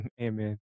Amen